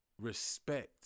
Respect